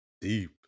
deep